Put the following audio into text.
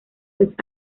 los